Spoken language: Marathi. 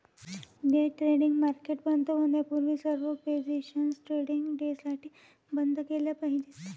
डे ट्रेडिंग मार्केट बंद होण्यापूर्वी सर्व पोझिशन्स ट्रेडिंग डेसाठी बंद केल्या पाहिजेत